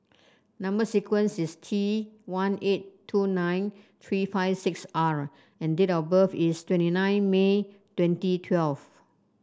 number sequence is T one eight two nine three five six R and date of birth is twenty nine May twenty twelve